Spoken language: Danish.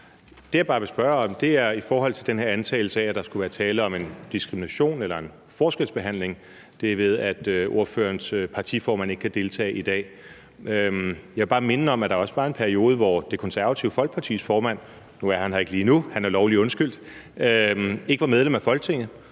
Det, jeg bare vil spørge til, er den her antagelse om, at der skulle være tale om diskrimination eller en forskelsbehandling, derved at ordførerens partiformand ikke kan deltage i dag. Jeg vil bare minde om, at der også var en periode, hvor Det Konservative Folkepartis formand – nu er han her ikke lige nu, han er lovligt undskyld – ikke var medlem af Folketinget,